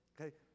okay